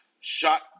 shot